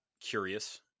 curious